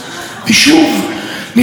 שהיא לא מתבטאת בנדון,